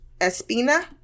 Espina